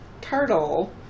turtle